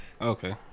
Okay